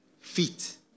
feet